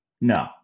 No